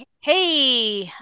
Hey